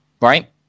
Right